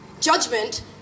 Judgment